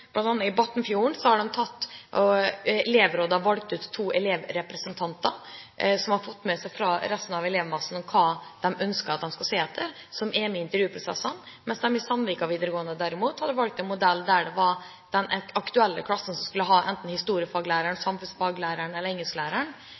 valgt ut to elevrepresentanter som har fått med seg fra resten av elevmassen hva de ønsker at de skal se etter, og som er med i intervjuprosessen. Ved Sandvika videregående derimot hadde de valgt en modell der den aktuelle klassen som skulle ha enten